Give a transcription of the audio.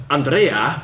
Andrea